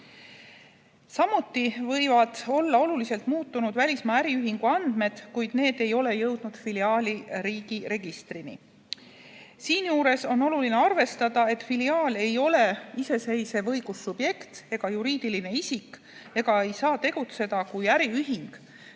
Samuti võivad olla oluliselt muutunud välismaa äriühingu andmed, kuid need ei ole jõudnud filiaali riigi registrini. Siinjuures on oluline arvestada, et filiaal ei ole iseseisev õigussubjekt ega juriidiline isik ja ei saa tegutseda, kui äriühing,